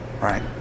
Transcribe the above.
right